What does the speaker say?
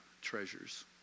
treasures